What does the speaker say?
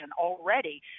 already